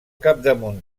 capdamunt